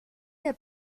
der